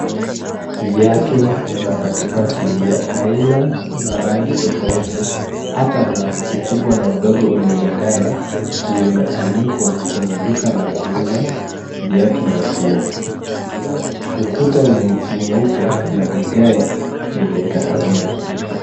Viatu na patipati vya aina na rangi tofauti hata na ukubwa ma udogo ulio lingana, zime anikwa kwenye duka la ku uza viatu na nguo. Ukuta ni mweupe na vigae ni vya kahawia.